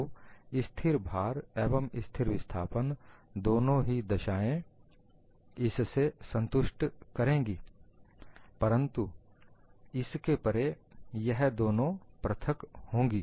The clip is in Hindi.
तो स्थिर भार एवं स्थिर विस्थापन दोनों ही दशाएं इससे संतुष्ट करेंगी परंतु इसके परे यह दोनों पृथक होगी